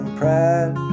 pride